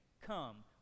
come